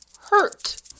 hurt